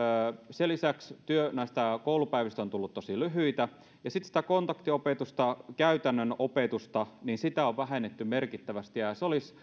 sen lisäksi näistä koulupäivistä on tullut tosi lyhyitä ja sitten sitä kontaktiopetusta käytännönopetusta on vähennetty merkittävästi ja ja se olisi